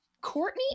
Courtney